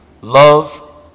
love